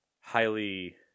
highly